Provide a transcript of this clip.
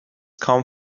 kaum